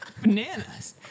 Bananas